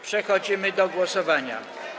Przechodzimy do głosowania.